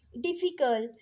Difficult